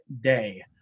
day